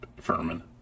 Furman